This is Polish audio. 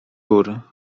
jur